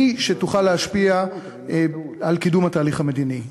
היא שתוכל להשפיע על קידום התהליך המדיני.